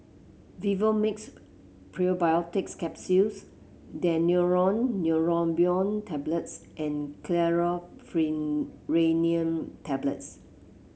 Vivomixx Probiotics Capsule Daneuron Neurobion Tablets and Chlorpheniramine Tablets